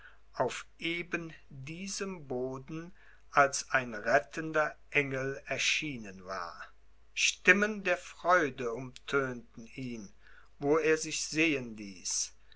auf eben diesem boden als ein rettender engel erschienen war stimmen der freude umtönten ihn wo er sich sehen ließ